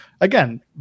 again